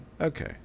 Okay